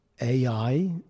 AI